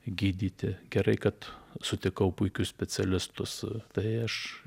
gydyti gerai kad sutikau puikius specialistus tai aš